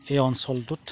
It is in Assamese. এই অঞ্চলটোত